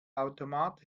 automat